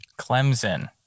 Clemson